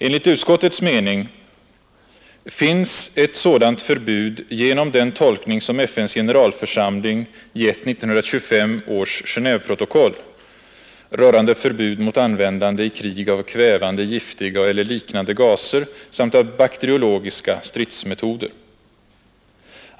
Enligt utskottets mening finns redan ett sådant förbud genom den tolkning som FN:s generalförsamling gett 1925 års Genéveprotokoll rörande förbud mot användande i krig av kvävande, giftiga eller liknande gaser samt av bakteriologiska stridsmetoder.